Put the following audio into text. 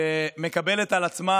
שמקבלת על עצמה